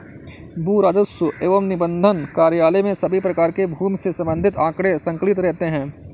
भू राजस्व एवं निबंधन कार्यालय में सभी प्रकार के भूमि से संबंधित आंकड़े संकलित रहते हैं